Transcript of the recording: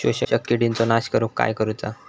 शोषक किडींचो नाश करूक काय करुचा?